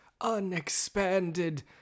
unexpanded